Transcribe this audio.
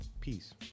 peace